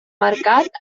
mercat